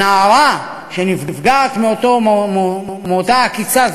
או נערה שנפגעת מאותה עקיצה.